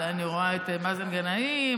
ואני רואה את מאזן גנאים,